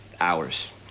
hours